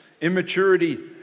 Immaturity